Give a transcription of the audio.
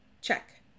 check